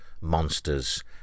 monsters